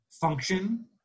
function